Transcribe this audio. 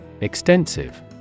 Extensive